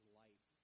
light